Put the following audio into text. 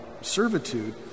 servitude